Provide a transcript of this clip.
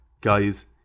Guys